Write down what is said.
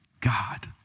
God